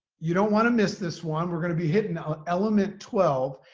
you don't want to miss this one. we're going to be hitting element twelve.